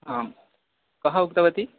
आं कः उक्तवती